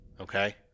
okay